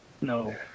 No